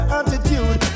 attitude